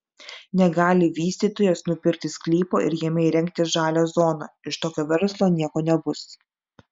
negali vystytojas nupirkti sklypo ir jame įrengti žalią zoną iš tokio verslo nieko nebus